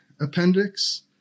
appendix